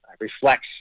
reflects